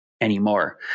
anymore